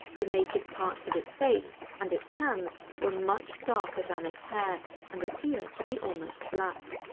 the naked parts of its face and its hands were much darker than its hair, and appeared to be almost black.